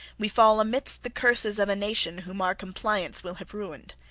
we fall amidst the curses of a nation whom our compliance will have ruined.